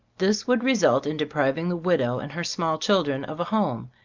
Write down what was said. this would result in depriving the widow and her small children of a home,